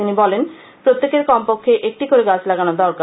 তিনি বলেন প্রত্যেকের কমপক্ষে একটি করে গাছ লাগানো দরকার